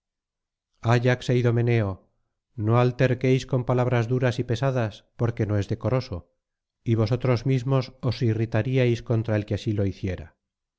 é idomeneo no alterquéis con palabras duras y pesadas porque no es decoroso y vosotros mismos os irritaríais contra el que así lo hiciera